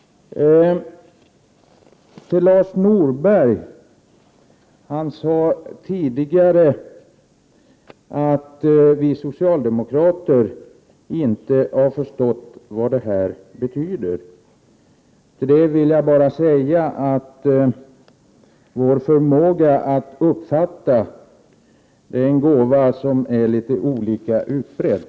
Lars Norberg sade tidigare att vi socialdemokrater inte har förstått vad detta betyder. Till det vill jag bara säga att förmågan att uppfatta är en gåva som är litet olika utbrett.